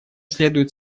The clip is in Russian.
следует